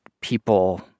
people